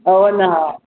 हो ना